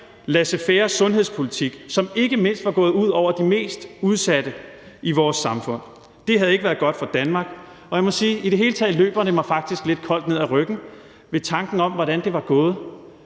laissez faire-sundhedspolitik, som ikke mindst var gået ud over de mest udsatte i vores samfund. Det havde ikke været godt for Danmark, og jeg må sige, at det i det hele taget faktisk løber mig lidt koldt ned ad ryggen ved tanken om, hvordan det var gået,